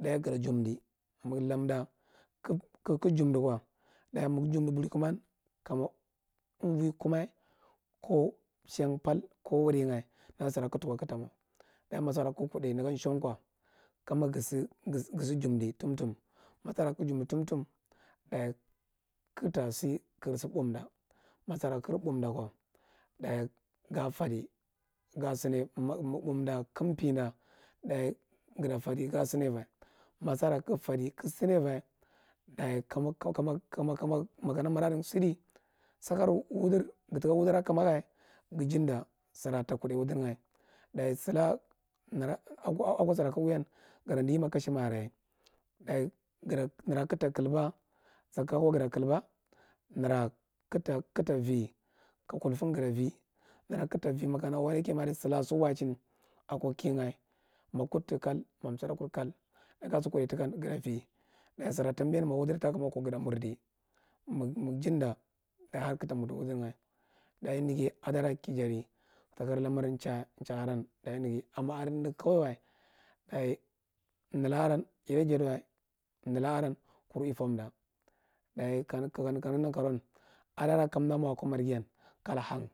Iwa gre humdi ma ga lamda ka ga jumdi barikuman kamo umvo komai ka shenyar paarthu ko wuri sira kaga tu ko kaga ta mo, dachi masar kaga kuddai negon shan ko dachi ga jundi tutum dachi gre bounda ma sara kagre bouda gychga fadi magal yana ga sedi ga sine ava ma sara ka ga fedi kage sime ava kana ma kana mwadm sidi sakar wudir ga taka wugrera kaya ghjaɗɗa sira ta kude wudre a ako sira kagu udan gata elilie ma kashe makir yaye dage nera kata klabu zakko gata klaba, nera kata itk vikakulfen gatvi, nera kagatavi kana wanake silaka siwayachin ako higha gavi, dachi sira tabiya ma wudri mo ko yata mirdi, maga judda nahan kagata mirdi wudriga daya neghiye adara kijadi ta kura lamar chut, ehatarum daye ddi neghi kawaiwa nelaka aran yeformda kanegh nakarouwan adara kada moko marghiyan kalhan